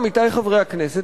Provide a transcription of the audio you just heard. עמיתי חברי הכנסת,